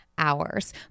hours